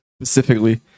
specifically